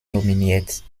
nominiert